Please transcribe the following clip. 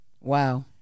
Wow